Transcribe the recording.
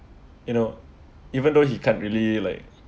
you know even though he can't really like